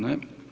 Ne.